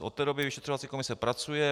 Od té doby vyšetřovací komise pracuje.